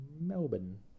Melbourne